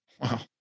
Wow